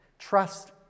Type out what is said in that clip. Trust